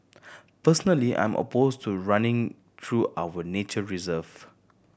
personally I'm opposed to running through our nature reserve